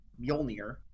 mjolnir